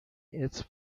its